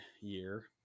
year